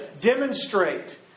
demonstrate